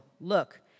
look